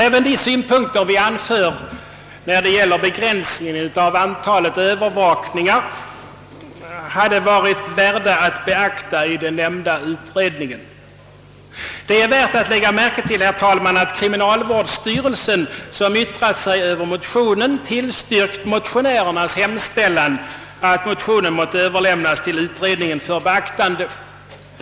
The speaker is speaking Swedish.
Även de synpunkter vi anför när det gäller begränsningen av antalet övervakningar har varit värda att beakta i den nämnda utredningen. Det är värt att lägga märke till att kriminalvårdsstyrelsen, som yttrat sig över motionen, tillstyrkt motionärernas hemställan att motionen måtte överlämnas till utredningen för beaktande.